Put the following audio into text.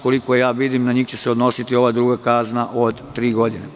Koliko vidim, na njih će se odnositi ova druga kazna od tri godine.